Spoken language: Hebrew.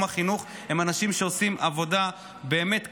החינוך הם אנשים שעושים עבודה באמת קשה,